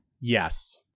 Yes